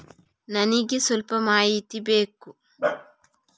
ನನಿಗೆ ಸ್ವಲ್ಪ ಮಾಹಿತಿ ಬೇಕು